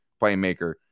playmaker